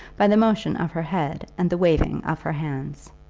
by the motion of her head and the waving of her hands.